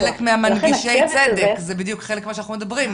זה בדיוק חלק ממה שאנחנו מדברים,